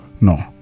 No